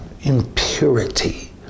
impurity